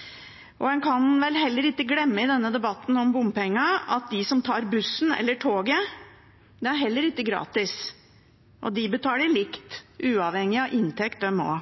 motsatt. Man kan vel heller ikke i denne debatten om bompenger glemme at det er heller ikke gratis for dem som tar bussen eller toget. Og de betaler likt, uavhengig av inntekt, de også.